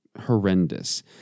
horrendous